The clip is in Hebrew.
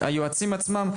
היועצים עצמם,